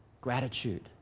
gratitude